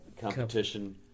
Competition